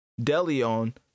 delion